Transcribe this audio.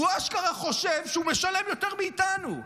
הוא אשכרה חושב שהוא משלם יותר מאיתנו.